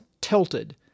tilted